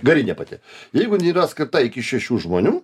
garinė pati jeigu jinai skirta iki šešių žmonių